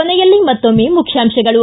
ಕೊನೆಯಲ್ಲಿ ಮತ್ತೊಮ್ಮೆ ಮುಖ್ಯಾಂಶಗಳು